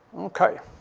okay.